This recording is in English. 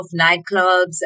nightclubs